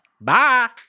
Bye